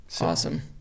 Awesome